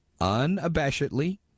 unabashedly